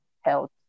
health